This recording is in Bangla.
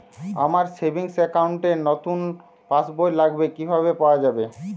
আমার সেভিংস অ্যাকাউন্ট র নতুন পাসবই লাগবে কিভাবে পাওয়া যাবে?